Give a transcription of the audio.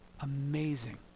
Amazing